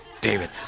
David